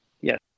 Yes